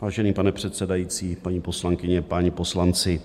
Vážený pane předsedající, paní poslankyně, páni poslanci.